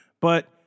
But-